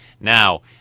now